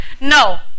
no